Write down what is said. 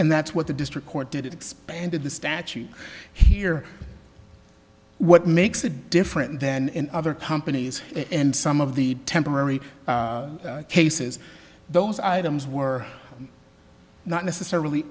and that's what the district court did it expanded the statute here what makes a different then in other companies and some of the temporary cases those items were not necessarily